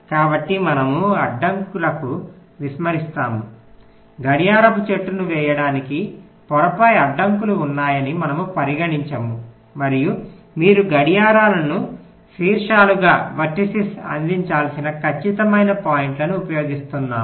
కాబట్టి మనము అడ్డంకులను విస్మరిస్తాము గడియారపు చెట్టును వేయడానికి పొరపై అడ్డంకులు ఉన్నాయని మనము పరిగణించము మరియు మీరు గడియారాలను శీర్షాలుగా అందించాల్సిన ఖచ్చితమైన పాయింట్లను ఉపయోగిస్తున్నాము